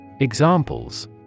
Examples